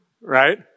right